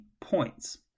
points